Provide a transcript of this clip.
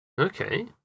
Okay